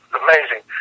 amazing